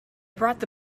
bought